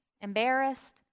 embarrassed